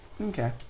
okay